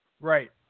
Right